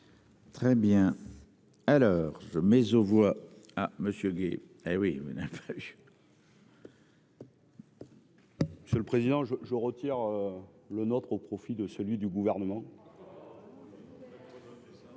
Très bien. Alors je mais aux voix à Monsieur Gay. Hé oui on a fallu. Monsieur le président je je retire le nôtre au profit de celui du gouvernement.